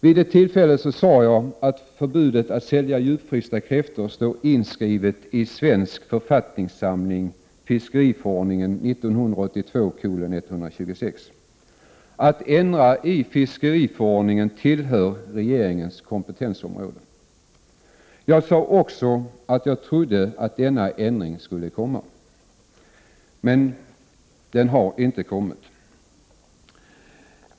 Vid det tillfället sade jag att förbudet att sälja djupfrysta kräftor står inskrivet i Svensk författningssamling, fiskeriförordningen 1982:126. Att ändra i fiskeriförordningen tillhör regeringens kompetensområde. Jag sade vidare att jag trodde att denna ändring skulle komma. Ännu har den inte kommit.